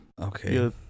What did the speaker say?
Okay